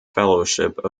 fellowship